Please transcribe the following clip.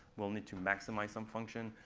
will need to maximize some function.